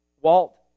Walt